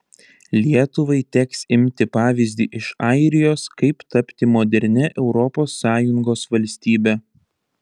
lietuvai teks imti pavyzdį iš airijos kaip tapti modernia europos sąjungos valstybe